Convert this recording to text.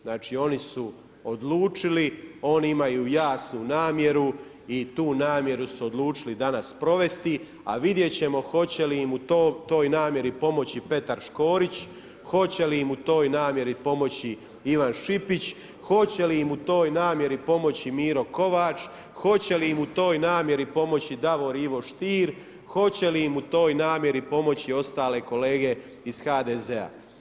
Znači oni su odlučili, oni imaju jasnu namjeru i tu namjeru su odlučili danas provesti a vidjeti ćemo hoće li im u toj namjeri pomoći Petar Škorić, hoće li im u toj namjeri pomoći Ivan Šipić, hoće li im u toj namjeri pomoći Miro Kovač, hoće li im u toj namjeri pomoći Davor Ivo Stier, hoće li im u toj namjeri pomoći ostale kolege iz HDZ-a.